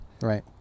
Right